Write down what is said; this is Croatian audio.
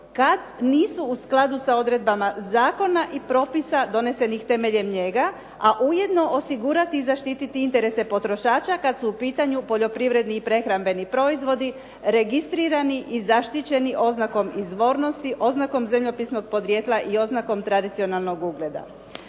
kad nisu u skladu sa odredbama zakona i propisa donesenih temeljem njega, a ujedno osigurati i zaštititi interese potrošača kad su u pitanju poljoprivredni i prehrambeni proizvodi registrirani i zaštićeni oznakom izvornosti, oznakom zemljopisnog podrijetla i oznakom tradicionalnog ugleda.